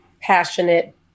passionate